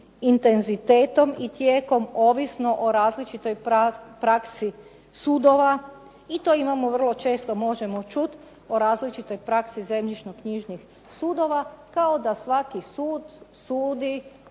i tijekom ovisno o različitoj praksi sudova i to imamo, vrlo često možemo čuti o različitoj praksi zemljišno-knjižnih sudova kao da svaki sud sudi